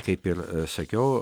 kaip ir sakiau